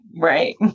Right